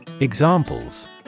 Examples